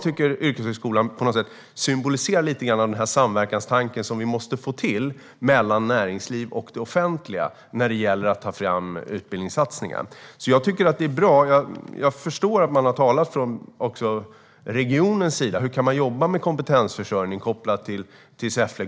Yrkeshögskolan symboliserar på sätt och vis den samverkan som vi måste få till mellan näringsliv och det offentliga. Jag förstår att man också från regionens sida har talat om hur man kan jobba med kompetensförsörjning kopplat till Säffle.